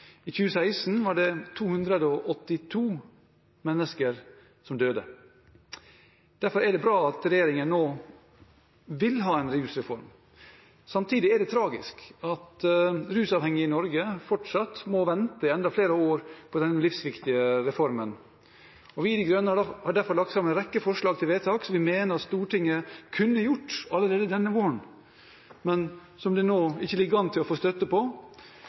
I 2016 var det 282 mennesker som døde. Derfor er det bra at regjeringen nå vil ha en rusreform. Samtidig er det tragisk at rusavhengige i Norge fortsatt må vente i enda flere år på denne livsviktige reformen. Vi i Miljøpartiet De Grønne har derfor lagt fram en rekke forslag til vedtak som vi mener at Stortinget kunne gjort allerede denne våren, men som det nå ikke ligger an til at vi vil få støtte til. Er statsråden trygg på